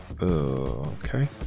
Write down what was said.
Okay